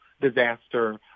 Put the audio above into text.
disaster